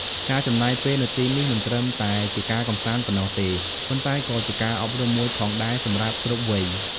ការចំណាយពេលនៅទីនេះមិនត្រឹមតែជាការកម្សាន្តប៉ុណ្ណោះទេ ប៉ុន្តែក៏ជាការអប់រំមួយផងដែរសម្រាប់គ្រប់វ័យ។